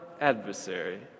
adversary